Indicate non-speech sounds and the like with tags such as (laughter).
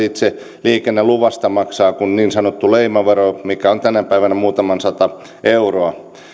(unintelligible) itse liikenneluvasta maksaa kuin niin sanottu leimavero mikä on tänä päivänä muutaman sata euroa